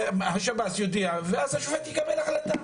שירות בתי הסוהר יודע על כך, השופט יקבל החלטה.